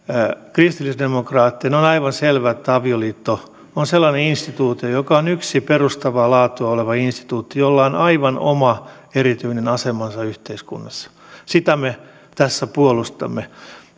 kristillisdemokraattien on aivan selvä että avioliitto on sellainen instituutio joka on yksi perustavaa laatua oleva instituutio jolla on aivan oma erityinen asemansa yhteiskunnassa sitä me tässä puolustamme